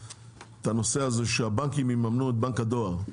הנושא הזה שהבנקים יממנו את בנק הדואר,